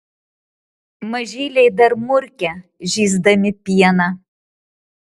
mažyliai dar murkia žįsdami pieną